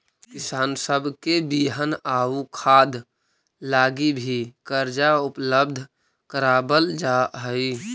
किसान सब के बिहन आउ खाद लागी भी कर्जा उपलब्ध कराबल जा हई